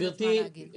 גברתי,